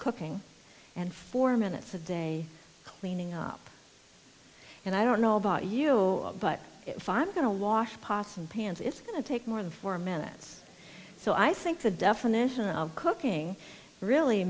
cooking and four minutes a day cleaning up and i don't know about you but if i'm going to watch possum pans it's going to take more than four minutes so i think the definition of cooking really